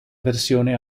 versione